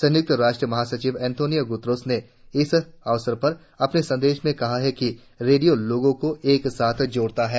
संयुक्त रास्ट्र महासचिव अंतोनियो गुतरेज ने इस अवसर पर अपने संदेश में कहा है कि रेडियो लोगों को एक साथ जोड़ता है